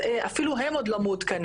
אפילו הם עוד לא מעודכנים.